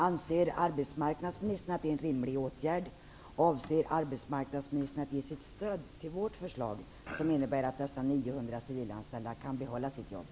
Anser arbetsmarknadsministern att det är en rimlig åtgärd? Avser arbetsmarknadsministern att ge sitt stöd till vårt förslag, som innebär att dessa 900 civilanställda kan behålla sitt jobb?